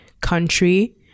country